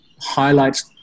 highlights